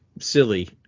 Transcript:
silly